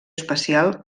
especial